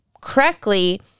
correctly